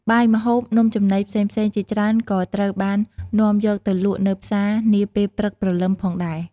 បាយ ម្ហូប នំចំណីផ្សេងៗជាច្រើនក៏ត្រូវបាននាំយកទៅលក់នៅផ្សារនាពេលព្រឹកព្រលឹមផងដែរ។